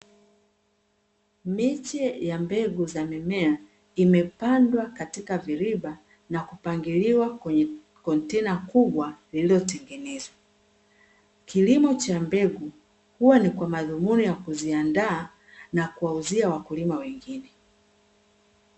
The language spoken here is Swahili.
Miche ya mbegu za mimea, imepandwa katika viriba na kupangiliwa kwenye kontena kubwa lililotengenezwa. Kilimo cha mbegu huwa ni kwa madhumuni ya kuziandaa na kuwauzia wakulima wengine.